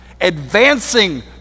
Advancing